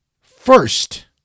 First